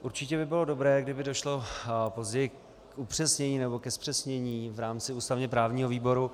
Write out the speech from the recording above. Určitě by bylo dobré, kdyby došlo později k upřesnění nebo ke zpřesnění v rámci ústavněprávního výboru.